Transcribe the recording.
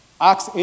Acts